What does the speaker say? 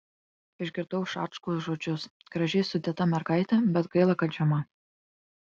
išgirdau šačkaus žodžius gražiai sudėta mergaitė bet gaila kad žema